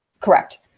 Correct